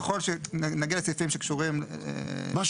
ככל שנגיע לסעיפים שקשורים אנחנו נחזור.